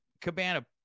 Cabana